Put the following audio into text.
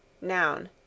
Noun